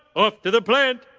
off to the plant,